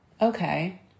okay